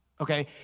okay